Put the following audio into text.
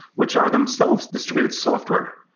which are themselves distributed software.